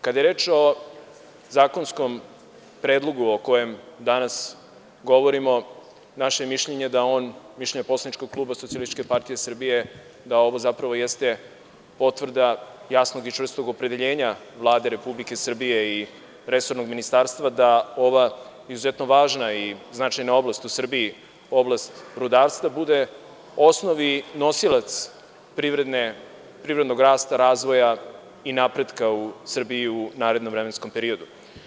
Kada je reč o zakonskom predlogu o kojem danas govorimo, mišljenje poslaničkog kluba Socijalističke partije Srbije je da ovo zapravo jeste potvrda jasnog i čvrstog opredeljenja Vlade Republike Srbije i resornog ministarstva da ova izuzetno važna i značajna oblast u Srbiji, oblast rudarstva bude osnovni nosilac privrednog rasta, razvoja i napretka u Srbiju u narednom vremenskom periodu.